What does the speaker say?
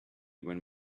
when